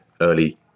early